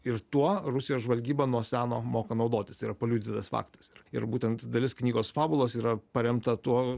ir tuo rusijos žvalgyba nuo seno moka naudotis yra paliudytas faktas ir būtent dalis knygos fabulos yra paremta tuo